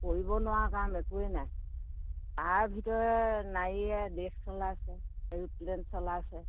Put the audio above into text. কৰিব নোৱাৰা কাৰণ একোৱে নাই তাৰ ভিতৰে নাৰীয়ে দেশ চলাইছে এৰোপ্লেন চলাইছে